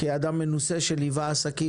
כאדם מנוסה שליווה אנשים,